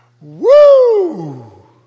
Woo